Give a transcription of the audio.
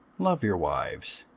love your wives,